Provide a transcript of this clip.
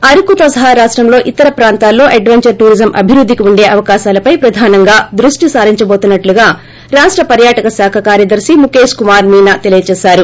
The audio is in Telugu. అరుకుతో సహా రాష్ట్రంలో ఇతర ప్రాంతాల్లో అడ్వెంచర్ టూరిజం అభివృద్ధిక్ వుండే అవకాశాలపై ప్రధానంగా దృష్షి సారించబోతున్నట్లు రాష్ట పర్శాటక శాఖ కార్యదర్తి ముఖేష్ కుమార్ మీన ొతెలిపారు